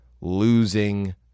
losing